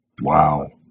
Wow